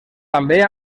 també